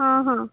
ହଁ ହଁ